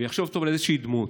ויחשוב טוב על איזושהי דמות: